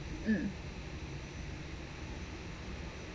mm